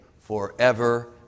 forever